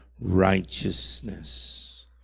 righteousness